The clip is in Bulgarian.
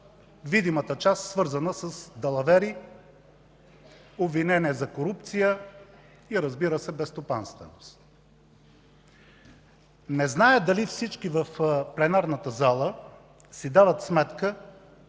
видимата част, свързана с далавери, обвинения за корупция и безстопанственост. Не зная дали всички в пленарната зала си дават сметка